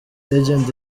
legend